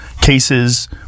cases